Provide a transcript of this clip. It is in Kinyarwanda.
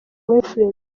winfred